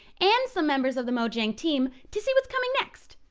and some members of the mojang team to see what's coming next.